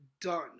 done